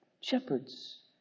shepherds